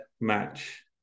match